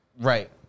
right